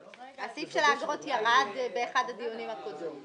הסעיף של האגרות ירד באחד הדיונים הקודמים.